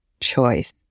choice